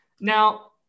now